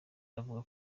bavuga